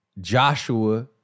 Joshua